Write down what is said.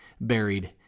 buried